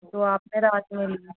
तो आप मेरा